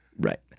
Right